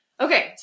Okay